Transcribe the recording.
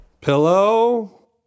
Pillow